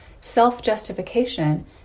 self-justification